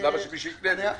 אז למה שמישהו יקנה את זה?